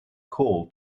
call